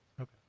Okay